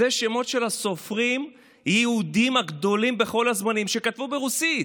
אלה שמות של הסופרים היהודים הגדולים בכל הזמנים שכתבו ברוסית.